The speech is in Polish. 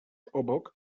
obok